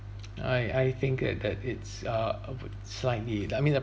I I think that that it's uh uh would slightly I mean the